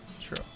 True